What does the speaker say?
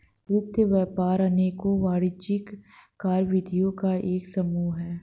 वित्त व्यापार अनेकों वाणिज्यिक कार्यविधियों का एक समूह है